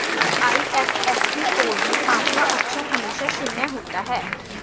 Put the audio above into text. IFSC code में पांचवा अक्षर हमेशा शून्य होता है